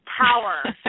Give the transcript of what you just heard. power